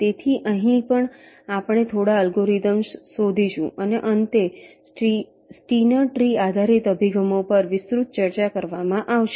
તેથી અહીં પણ આપણે થોડા એલ્ગોરિધમ્સ શોધીશું અને અંતે સ્ટીનર ટ્રી આધારિત અભિગમો પર વિસ્તૃત ચર્ચા કરવામાં આવશે